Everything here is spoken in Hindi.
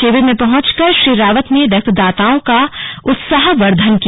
शिविर में पहुचंकर श्री रावत ने रक्तदाताओं का उत्साहवर्द्धन किया